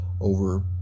over